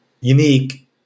unique